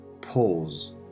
pause